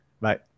Bye